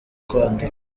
kwandura